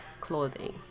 clothing